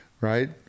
right